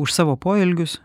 už savo poelgius